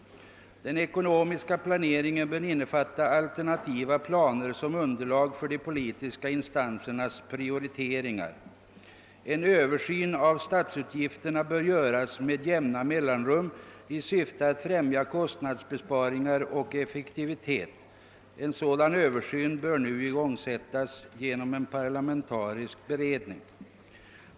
Den ekonomiska planeringen bör innefatta alternativa planer som underlag för de politiska instansernas prioriteringar. En översyn av statsutgifterna bör göras med jämna mellanrum, i syfte att främja kostnadsbesparingar och effektivitet. En sådan översyn bör nu igångsättas genom en parlamentarisk beredning.